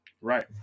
Right